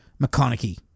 McConaughey